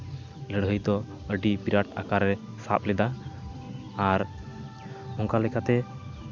ᱱᱚᱣᱟ ᱞᱟᱹᱲᱦᱟᱹᱭ ᱫᱚ ᱟᱹᱰᱤ ᱵᱤᱨᱟᱴ ᱟᱠᱟᱨ ᱨᱮ ᱥᱟᱵ ᱞᱮᱫᱟ ᱟᱨ ᱚᱝᱠᱟ ᱞᱮᱠᱟᱛᱮ